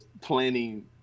planning